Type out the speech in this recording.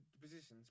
positions